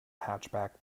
hatchback